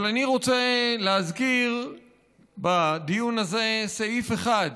אבל אני רוצה להזכיר בדיון הזה סעיף אחד,